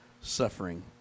suffering